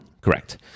Correct